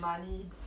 yes